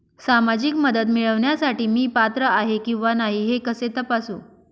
सामाजिक मदत मिळविण्यासाठी मी पात्र आहे किंवा नाही हे कसे तपासू?